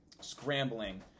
scrambling